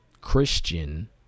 Christian